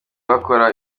bakora